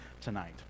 tonight